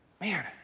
Man